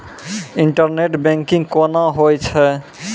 Internet banking कोना होय छै?